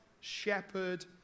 shepherd